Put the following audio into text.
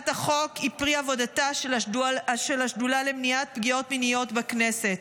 לכל סוגי הפגיעות המיניות.